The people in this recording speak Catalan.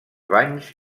banys